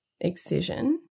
excision